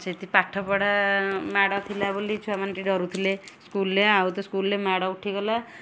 ସେଠି ପାଠପଢ଼ା ମାଡ଼ ଥିଲା ବୋଲି ଛୁଆମାନେ ଟିକେ ଡରୁଥିଲେ ସ୍କୁଲ୍ରେ ଆଉ ତ ସ୍କୁଲ୍ରେ ମାଡ଼ ଉଠିଗଲା